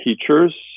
teachers